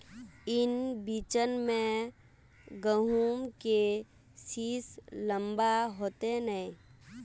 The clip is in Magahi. ई बिचन में गहुम के सीस लम्बा होते नय?